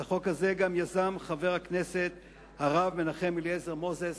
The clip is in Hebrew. את החוק הזה גם יזמו חבר הכנסת הרב מנחם אליעזר מוזס,